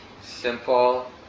simple